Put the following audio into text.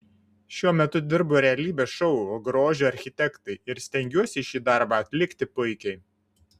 šiuo metu dirbu realybės šou grožio architektai ir stengiuosi šį darbą atlikti puikiai